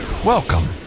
Welcome